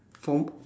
for